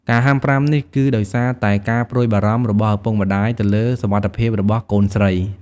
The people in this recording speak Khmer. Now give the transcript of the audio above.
ការហាមប្រាមនេះគឺដោយសារតែការព្រួយបារម្ភរបស់ឪពុកម្តាយទៅលើសុវត្ថិភាពរបស់កូនស្រី។